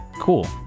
cool